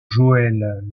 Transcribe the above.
joëlle